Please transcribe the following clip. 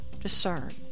discern